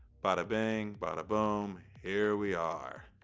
bada bing, bada boom, here we are.